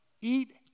eat